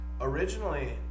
originally